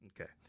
okay